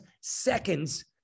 seconds